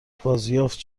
بازیافت